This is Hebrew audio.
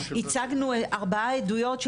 הצגנו ארבעה עדויות,